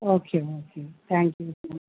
okay okay thank you so much